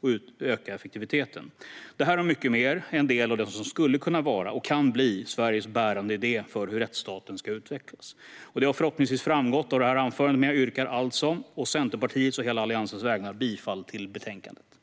och effektiviteten ökas på längre sikt. Detta och mycket mer är en del av det som skulle kunna vara, och kan bli, Sveriges bärande idé för hur rättsstaten ska utvecklas. Det har förhoppningsvis framgått av mitt anförande, men jag yrkar alltså, å Centerpartiets och hela Alliansens vägnar, bifall till utskottets förslag.